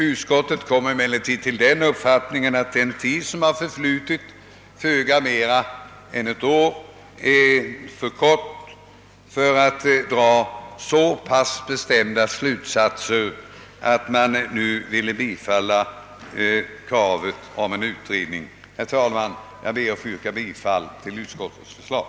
Utskottet kom emellertid till den uppfattningen att den tid som har förflutit — föga mer än ett år — är för kort för att dra den bestämda slutsatsen att kravet på en utredning borde tillstyrkas. Jag ber, herr talman, att få yrka bifall till utskottets förslag.